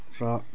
र